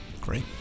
Great